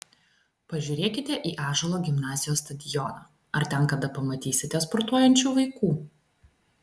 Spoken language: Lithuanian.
pažiūrėkite į ąžuolo gimnazijos stadioną ar ten kada pamatysite sportuojančių vaikų